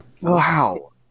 wow